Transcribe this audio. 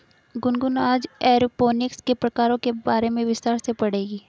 गुनगुन आज एरोपोनिक्स के प्रकारों के बारे में विस्तार से पढ़ेगी